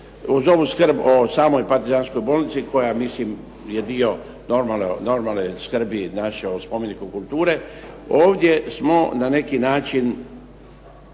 uz ovu skrb o samoj partizanskoj bolnici koja je dio normalne skrbi naše o spomeniku kulture ovdje smo na neki način,